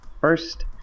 first